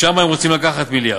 משם הם רוצים לקחת מיליארד.